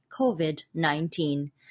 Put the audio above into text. COVID-19